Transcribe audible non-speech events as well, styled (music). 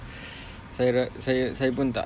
(breath) saya ra~ saya saya pun tak